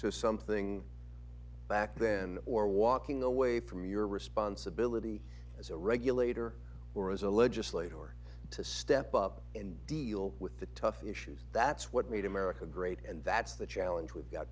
to something back then or walking away from your responsibility as a regulator or as a legislator to step up and deal with the tough issues that's what made america great and that's the challenge we've got